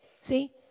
See